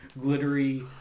glittery